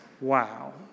wow